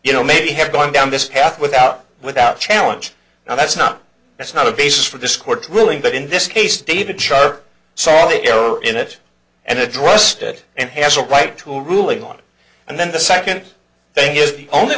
you know maybe have gone down this path without without challenge now that's not that's not a basis for this court ruling but in this case david schardt saw the error in it and addressed it and has a right to a ruling on it and then the second thing is the only